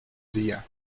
día